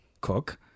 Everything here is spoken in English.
cook